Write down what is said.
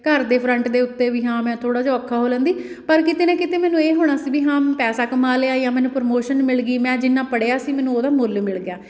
ਘਰ ਦੇ ਫਰੰਟ ਦੇ ਉੱਤੇ ਵੀ ਹਾਂ ਮੈਂ ਥੋੜ੍ਹਾ ਜਿਹਾ ਔਖਾ ਹੋ ਲੈਂਦੀ ਪਰ ਕਿਤੇ ਨਾ ਕਿਤੇ ਮੈਨੂੰ ਇਹ ਹੋਣਾ ਸੀ ਵੀ ਹਾਂ ਮੈਂ ਪੈਸਾ ਕਮਾ ਲਿਆ ਜਾਂ ਮੈਨੂੰ ਪ੍ਰਮੋਸ਼ਨ ਮਿਲ ਗਈ ਮੈਂ ਜਿੰਨਾਂ ਪੜ੍ਹਿਆ ਸੀ ਮੈਨੂੰ ਉਹਦਾ ਮੁੱਲ ਮਿਲ ਗਿਆ